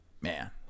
man